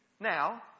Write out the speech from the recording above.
now